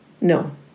no